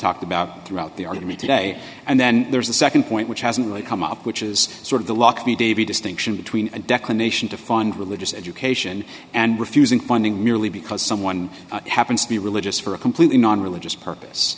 talked about throughout the argument today and then there's the nd point which hasn't really come up which is sort of the lucky davey distinction between a declamation to find religious education and refusing funding merely because someone happens to be religious for a completely non religious purpose